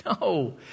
No